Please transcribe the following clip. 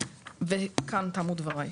כאן תמו דבריי.